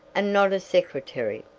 and not a secretary.